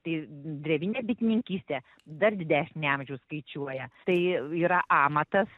tai drevinė bitininkystė dar didesnį amžių skaičiuoja tai yra amatas